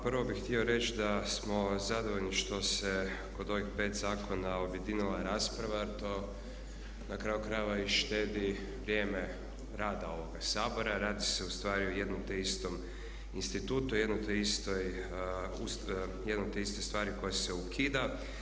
Prvo bih htio reći da smo zadovoljni što se kod ovih 5 zakona objedinila rasprava jer to na kraju krajeva i štedi vrijeme rada ovoga Sabora, radi se ustvari o jednom te istom institutu i jedno te istoj stvari koja se ukida.